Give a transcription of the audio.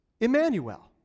Emmanuel